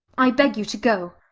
i beg you to go.